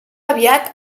aviat